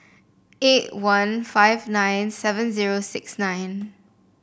eight one five nine seven zero six nine